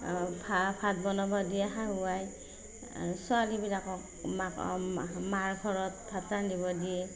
ভাত বনাব দিয়ে শাহু আই আৰু ছোৱালীবিলাকক মাৰ ঘৰত ভাত ৰান্ধিব দিয়ে